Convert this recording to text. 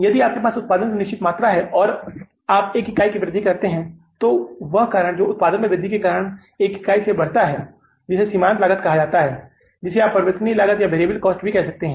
यदि आपके पास उत्पादन की निश्चित मात्रा है और आप एक इकाई की वृद्धि करते हैं तो वह कारण जो उत्पादन में वृद्धि के कारण को एक इकाई से बढ़ाता है जिसे सीमांत लागत कहा जाता है जिसे आप इसे परिवर्तनीय लागतवेरिएबल कॉस्ट भी कहते हैं